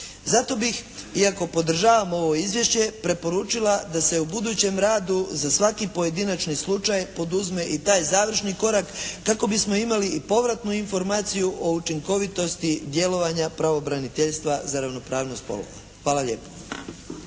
Zato bih, iako podržavam ovo izvješće, preporučila da se u budućem radu za svaki pojedinačni slučaj poduzme i taj završni korak kako bismo imali i povratnu informaciju o učinkovitosti djelovanja Pravobraniteljstva za ravnopravnost spolova. Hvala lijepo.